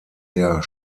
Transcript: der